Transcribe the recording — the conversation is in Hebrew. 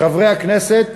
חברי הכנסת,